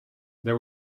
there